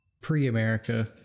pre-America